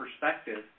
perspective